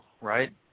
right